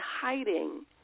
hiding